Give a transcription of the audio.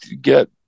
get